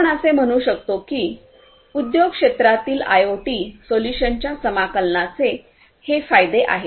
आपण असे म्हणू शकतो की उद्योग क्षेत्रातील आयओटी सोल्यूशन्सच्या समाकलनाचे हे फायदे आहेत